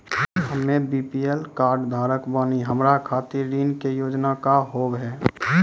हम्मे BPL card धारक बानि हमारा खातिर ऋण के योजना का होव हेय?